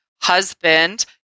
husband